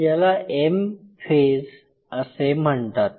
याला M phase असे म्हणतात